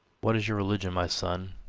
what is your religion my son?